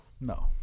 No